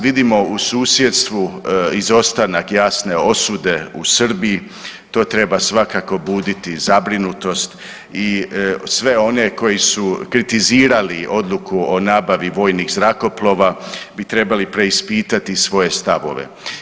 Vidimo u susjedstvu izostanak jasne osude u Srbiji, to treba svakako buditi zabrinutost i sve one koji su kritizirali odluku o nabavi vojnih zrakoplova bi trebali preispitati svoje stavove.